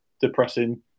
depressing